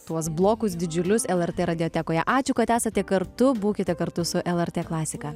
tuos blokus didžiulius lrt radiotekoje ačiū kad esate kartu būkite kartu su lrt klasika